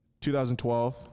2012